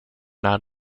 not